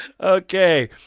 Okay